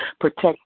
Protect